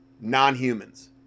non-humans